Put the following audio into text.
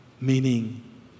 Meaning